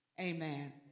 Amen